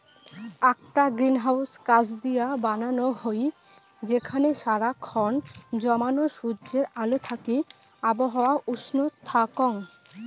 আকটা গ্রিনহাউস কাচ দিয়া বানানো হই যেখানে সারা খন জমানো সূর্যের আলো থাকি আবহাওয়া উষ্ণ থাকঙ